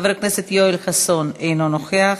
חבר הכנסת יואל חסון, אינו נוכח.